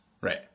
right